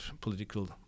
political